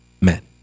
men